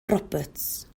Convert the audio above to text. roberts